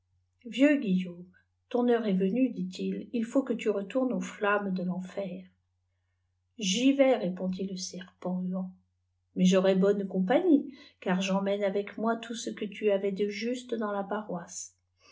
guillaume ton heure est venue dit-il et il faut que tu retournés aux flam mes de l'enfer j vais répondit le serpent huant mais j'aurai bonne compagnie car j'emmène avec moi tdut ce que tu avais de juste dans la paroisse